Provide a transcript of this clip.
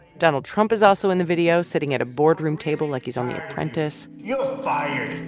donald trump is also in the video sitting at a boardroom table like he's on the apprentice. you're fired